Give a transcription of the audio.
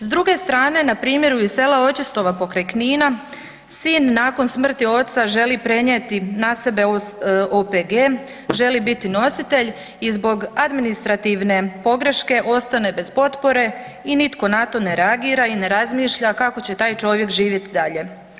S druge strane, na primjeru iz sela Oćestova pokraj Knina, sin nakon smrti oca želi prenijeti na sebe OPG, želi biti nositelj i zbog administrativne pogreške ostane bez potpore i nitko na to ne reagira i ne razmišlja kako će taj čovjek živjeti dalje.